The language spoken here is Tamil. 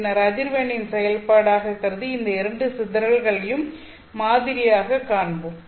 பின்னர் அதிர்வெண்ணின் செயல்பாடாக கருதி இந்த இரண்டு சிதறல்களையும் மாதிரியாகக் காண்போம்